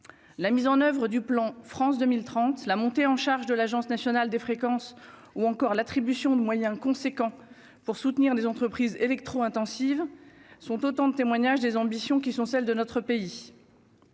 la mise en oeuvre du plan France 2030 la montée en charge de l'Agence nationale des fréquences ou encore l'attribution de moyens conséquents pour soutenir des entreprises électro-intensives sont autant de témoignages des ambitions qui sont celles de notre pays